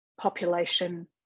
population